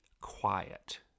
quiet